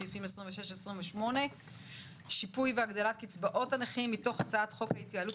סעיפים 26-28 (שיפוי והגדלת קצבאות הנכים) מתוך הצעת חוק ההתייעלות